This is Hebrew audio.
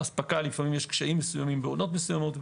באספקה יש לפעמים קשיים מסוימים בעונות מסוימות.